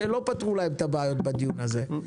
שלא פתרו להם את הבעיות בדיון הזה.